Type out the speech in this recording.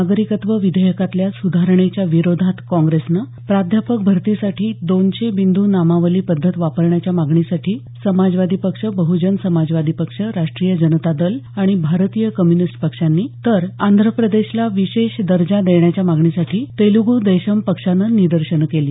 नागरिकत्व विधेयकातल्या सुधारणेच्या विरोधात काँग्रेसनं प्राध्यापक भरतीसाठी दोनशे बिंद् नामावली पद्धत वापरण्याच्या मागणीसाठी समाजवादी पक्ष बहजन समाजवादी पक्ष राष्ट्रीय जनता दल आणि भारतीय कम्युनिस्ट पक्षांनी तर आंध्र प्रदेशला विशेष दर्जा देण्याच्या मागणीसाठी तेलुगु देशम पक्षानं निदर्शनं केली